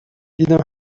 دیدم